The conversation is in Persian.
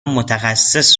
متخصص